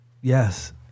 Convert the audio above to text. Yes